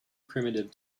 primitive